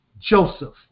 Joseph